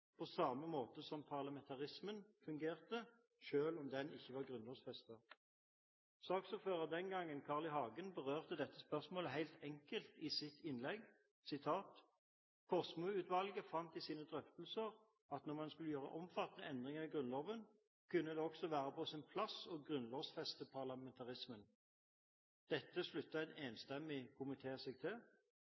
på samme måte som parlamentarismen fungerte selv om den ikke var grunnlovfestet. Saksordføreren den gangen, Carl I. Hagen, berørte dette spørsmålet helt enkelt i sitt innlegg: «Kosmo-utvalget fant i sine drøftelser at når man skulle gjøre omfattende endringer i Grunnloven, kunne det også være på sin plass å grunnlovfeste parlamentarismen.» Dette sluttet en enstemmig komité seg til.